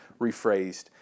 rephrased